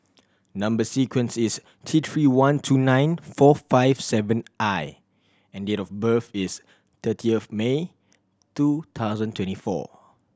number sequence is T Three one two nine four five seven I and date of birth is thirty of May two thousand twenty four